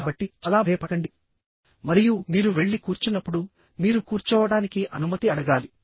కాబట్టి చాలా భయపడకండి మరియు మీరు వెళ్లి కూర్చున్నప్పుడు మీరు కూర్చోవడానికి అనుమతి అడగాలి